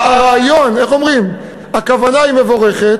הרעיון, איך אומרים, הכוונה מבורכת,